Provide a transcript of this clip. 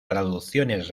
traducciones